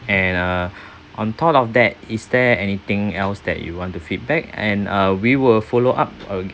and uh on top of that is there anything else that you want to feedback and uh we will follow up uh